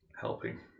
helping